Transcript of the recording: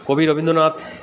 কবি রবীন্দ্রনাথ